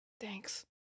Thanks